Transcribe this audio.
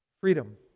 Freedom